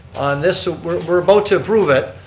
on this. we're about to prove it,